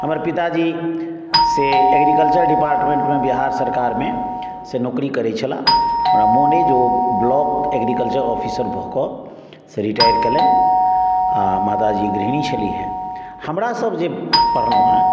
हमर पिताजी से एग्रीकल्चर डिपार्टमेंट मे बिहार सरकार मे से नौकरी करै छलाह हमरा मोन अहि जे ओ ब्लॉक एग्रीकल्चर ऑफिसर भऽ कऽ से रिटायर कएलनि आ माताजी गृहणी छलीह हमरा सब जे पढलहुॅं